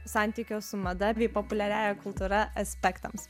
santykio su mada bei populiariąja kultūra aspektams